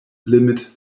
limit